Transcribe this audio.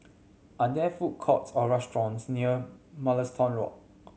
are there food courts or restaurants near Mugliston Walk